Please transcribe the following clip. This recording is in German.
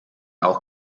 auch